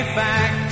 back